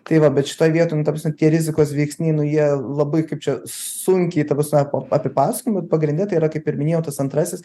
tai va bet šitoj vietoj nu ta prasme tie rizikos veiksniai nu jie labai kaip čia sunkiai ta prasme apipasakojami pagrinde tai yra kaip ir minėjau tas antrasis